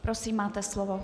Prosím, máte slovo.